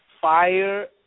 fire